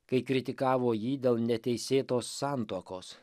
kai kritikavo jį dėl neteisėtos santuokos